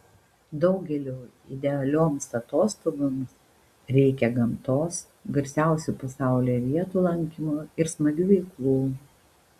daugeliui idealioms atostogoms reikia gamtos garsiausių pasaulyje vietų lankymo ir smagių veiklų